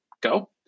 go